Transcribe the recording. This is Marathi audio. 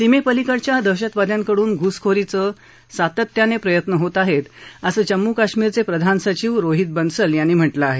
सीमेपलीकडच्या दहशतवाद्यांकडून घुसखोरीचे सातत्यानं प्रयत्न होत आहेत असं जम्मू काश्मिरचे प्रमुख सचीव रोहित कन्सल यांनी म्हटलं आहे